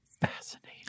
fascinating